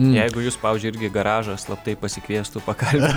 jeigu jus pavyzdžiui irgi į garažą slaptai pasikviestų pakalbint